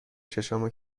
چشامو